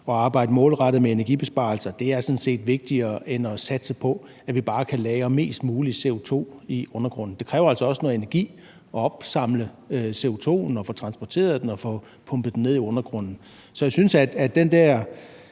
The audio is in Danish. at arbejde målrettet med energibesparelser sådan set er vigtigere end at satse på, at vi bare kan lagre mest muligt CO2 i undergrunden. Det kræver altså også noget energi at opsamle CO2'en og få transporteret den og få pumpet den ned i undergrunden. Så jeg synes, at den der